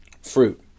fruit